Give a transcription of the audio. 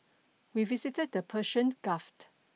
we visited the Persian Gulf